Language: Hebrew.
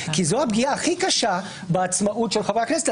כי זו הפגיעה הכי קשה בעצמאות של חברי הכנסת.